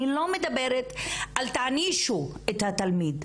אני לא מדברת על תענישו את התלמיד,